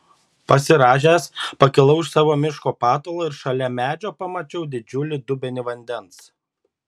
pasirąžęs pakilau iš savo miško patalo ir šalia medžio pamačiau didžiulį dubenį vandens